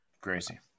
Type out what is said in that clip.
Crazy